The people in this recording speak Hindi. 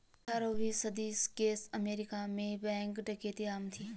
अठारहवीं सदी के अमेरिका में बैंक डकैती आम थी